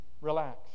relax